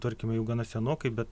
tvarkymą jau gana senokai bet